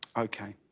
ok.